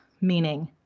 meaning